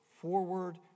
forward